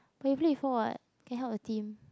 but you play before [what] you can help a team